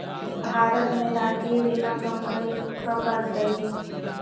भारत में राष्ट्रीय बीमा कंपनी कब बनलइ?